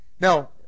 Now